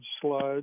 sludge